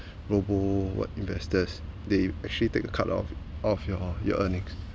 robo what investors they actually take a cut off of your your earnings